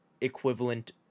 equivalent